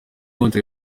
byinshi